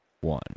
one